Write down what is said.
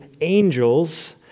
angels